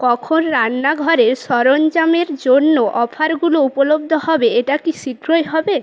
কখন রান্নাঘরের সরঞ্জামের জন্য অফারগুলো উপলব্ধ হবে এটা কি শীঘ্রই হবে